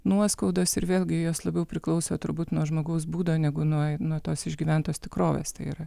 nuoskaudos ir vėlgi jos labiau priklauso turbūt nuo žmogaus būdo negu nuo nuo tos išgyventos tikrovės tai yra